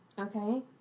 Okay